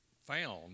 found